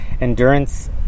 endurance